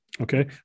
Okay